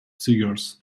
cigars